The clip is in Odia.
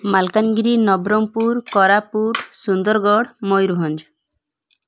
ମାଲକାନଗିରି ନବରଙ୍ଗପୁର କୋରାପୁଟ ସୁନ୍ଦରଗଡ଼ ମୟୂରଭଞ୍ଜ